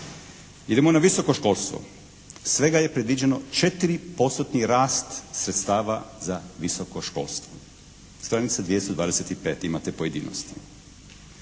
Idemo na visoko školstvo. Svega je predviđeno četiri postotni rast sredstava za visoko školstvo, stranica 225., imate pojedinosti.